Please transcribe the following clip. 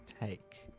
take